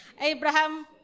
Abraham